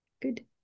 good